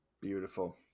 Beautiful